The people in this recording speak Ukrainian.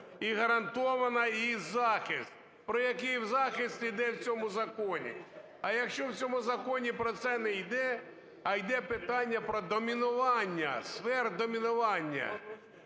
і гарантовано її захист. Про який захист йде в цьому законі? А якщо в цьому законі про це не йде, а йде питання про домінування, сфер домінування